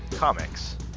Comics